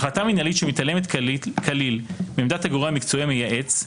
החלטה מנהלית המתעלמת כליל מעמדת הגורם המקצועי המייעץ,